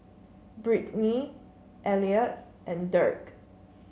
Brittnie Elliott and Dirk